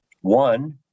One